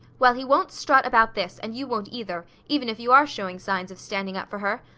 well, he won't strut about this, and you won't either, even if you are showing signs of standing up for her.